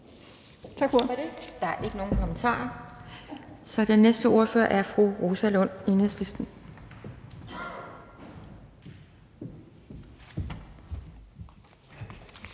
Tak for det. Der er ikke nogen kommentarer, så den næste ordfører er fru Rosa Lund, Enhedslisten.